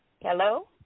Hello